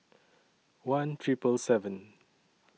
one Triple seven